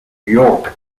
york